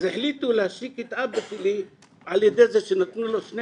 אז החליטו להשתיק את אבא שלי על ידי זה שנתנו לו שני